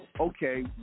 okay